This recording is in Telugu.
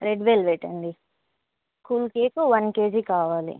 రెడ్ వెల్వెట్ అండి కూల్ కేకు వన్ కేజీ కావాలి